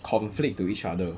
conflict to each other